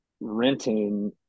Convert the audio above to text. renting